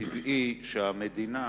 טבעי שהמדינה